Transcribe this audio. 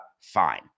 fine